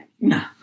No